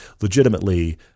legitimately